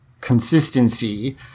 consistency